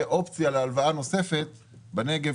ואופציה להלוואה נוספת בנגב,